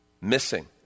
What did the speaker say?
missing